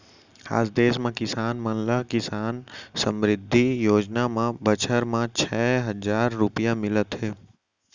आज देस म किसान मन ल किसान समृद्धि योजना म बछर म छै हजार रूपिया मिलत हे